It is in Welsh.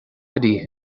ydy